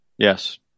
Yes